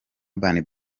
urban